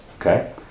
Okay